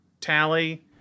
tally